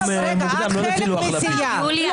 תודה.